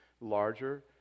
larger